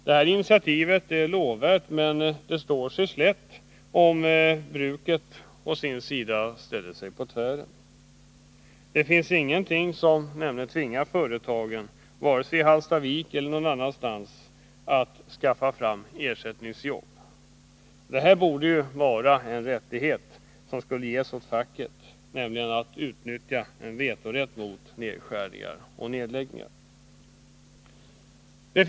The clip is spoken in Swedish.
Detta initiativ är lovvärt, men det står sig slätt om pappersbruket å sin sida sätter sig på tvären. Det finns nämligen ingenting som tvingar företagen, vare sig i Hallstavik eller någon annanstans, att skaffa ersättningsjobb. Det borde vara en facklig rättighet att lägga in veto mot nedskärningar eller nedläggningar.